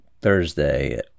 Thursday